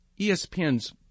ESPN's